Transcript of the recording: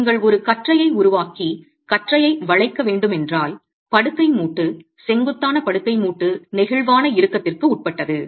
நீங்கள் ஒரு கற்றையை உருவாக்கி கற்றையை பீமை வளைக்க வேண்டும் என்றால் படுக்கை மூட்டு செங்குத்தான படுக்கை மூட்டு நெகிழ்வான இறுக்கத்திற்கு உட்பட்டது